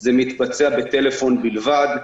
זה מתבצע בטלפון בלבד.